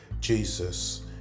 Jesus